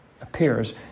appears